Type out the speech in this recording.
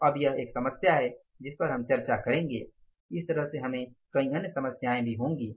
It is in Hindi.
तो अब यह एक समस्या है जिस पर हम चर्चा करेंगे इस तरह हमें कई अन्य समस्याएं भी होंगी